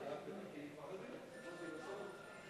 הבורסה, אזור הסחר הבין-לאומי,